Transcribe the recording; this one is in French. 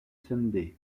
sunday